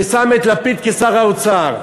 ששם את לפיד כשר האוצר.